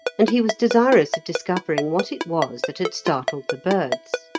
and he was desirous of discovering what it was that had startled the birds.